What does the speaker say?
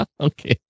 Okay